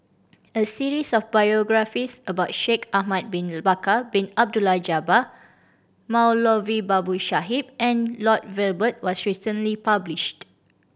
a series of biographies about Shaikh Ahmad Bin Bakar Bin Abdullah Jabbar Moulavi Babu Sahib and Lloyd Valberg was recently published